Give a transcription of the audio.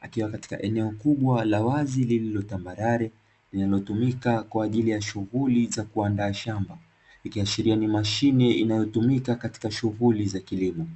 akiwa katika eneo kubwa la wazi, lililo tambalale linalotumika kwa ajili ya shughuli za kuandaa shamba ikiashilia ni mashine inayotumika katika shughuli za kilimo.